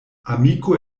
amiko